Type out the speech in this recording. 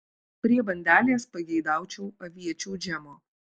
prie bandelės pageidaučiau aviečių džemo